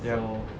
yup